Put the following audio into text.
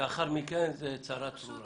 לאחר מכן זאת צרה צרורה.